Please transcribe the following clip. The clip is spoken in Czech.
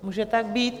Může tak být?